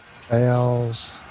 Fails